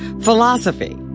philosophy